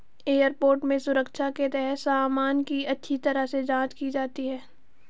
airport में सुरक्षा के तहत सामान की अच्छी तरह से जांच की जाती है